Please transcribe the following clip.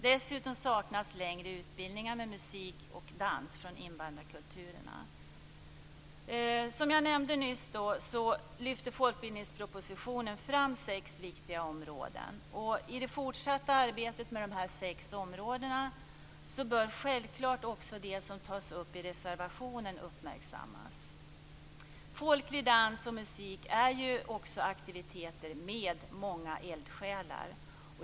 Dessutom saknas längre utbildningar med musik och dans från invandrarkulturerna. Folkbildningspropositionen lyfte fram sex viktiga områden. I det fortsatta arbetet med de sex områdena bör självklart också det som tas upp i reservationen uppmärksammas. Folklig dans och musik är aktiviteter där det finns många eldsjälar.